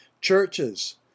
Churches